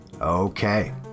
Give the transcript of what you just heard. Okay